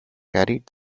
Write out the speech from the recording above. carried